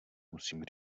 musím